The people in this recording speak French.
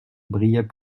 brillaient